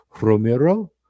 Romero